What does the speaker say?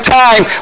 time